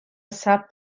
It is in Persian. ثبت